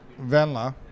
Venla